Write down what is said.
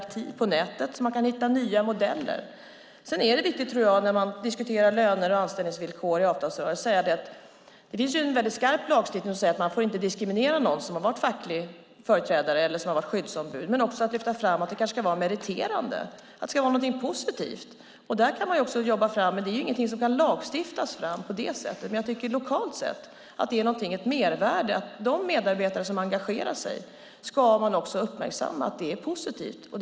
Man kan alltså hitta nya modeller. När man diskuterar löner och anställningsvillkor i avtalsrörelser tror jag att det är viktigt att säga att det finns en skarp lagstiftning där det sägs att man inte får diskriminera någon som har varit facklig företrädare eller som har varit skyddsombud. Men man kanske ska lyfta fram att det ska vara meriterande och någonting positivt. Men detta är ingenting som kan lagstiftas fram. Men lokalt tycker jag att det är ett mervärde. Man ska uppmärksamma att det är positivt att medarbetare engagerar sig.